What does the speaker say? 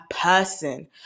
person